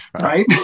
Right